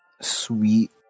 sweet